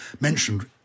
mentioned